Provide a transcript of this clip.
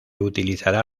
utilizará